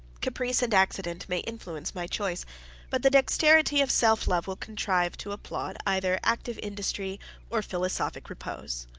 caprice and accident may influence my choice but the dexterity of self-love will contrive to applaud either active industry or philosophic repose.